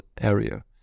area